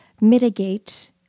mitigate